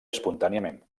espontàniament